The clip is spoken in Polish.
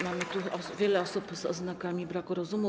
Mamy tu wiele osób z oznakami braku rozumu.